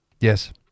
Yes